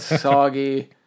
soggy